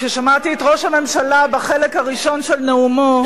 כששמעתי את ראש הממשלה בחלק הראשון של נאומו,